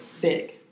Big